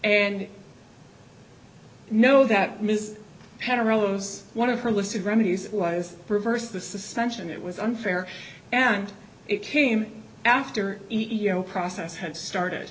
and know that ms had a rose one of her listed remedies was reverse the suspension it was unfair and it came after e o process had started